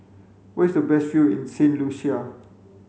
where is the best view in Saint Lucia